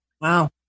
wow